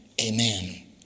amen